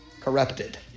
corrupted